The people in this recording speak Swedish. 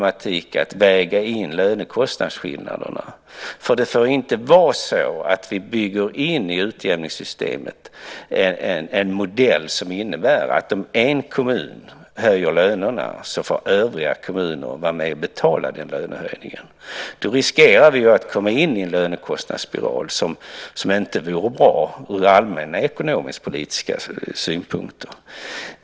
Att väga in lönekostnadsskillnaderna är ingen enkel problematik. Vi får inte i utjämningssystemet bygga in en modell som innebär att om en kommun höjer lönerna får övriga kommuner vara med och betala den lönehöjningen. I så fall riskerar vi att komma in i en lönekostnadsspiral som inte vore bra från allmän ekonomiskpolitisk synpunkt.